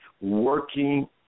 working